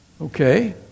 Okay